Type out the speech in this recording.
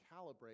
calibrate